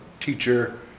teacher